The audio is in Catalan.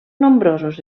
nombrosos